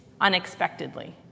unexpectedly